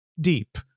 deep